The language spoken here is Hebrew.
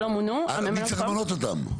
מי צריך למנות אותם?